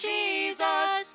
Jesus